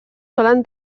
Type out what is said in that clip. solen